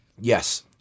Yes